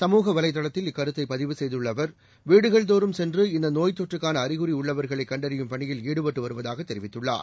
சமூக வலைதளத்தில் இக்கருத்தைபதிவு செய்துள்ளஅவர் வீடுகள் தோறும் சென்று இந்தநோய் தொற்றுக்கானஅறிகுறிஉள்ளவர்களைகண்டறியும் பணியில் ஈடுபட்டுவருவதாகதெரிவித்துள்ளார்